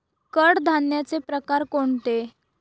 कडधान्याचे प्रकार कोणते?